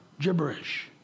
gibberish